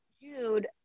Jude